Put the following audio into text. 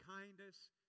kindness